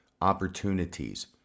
opportunities